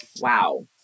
Wow